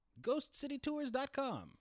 GhostCityTours.com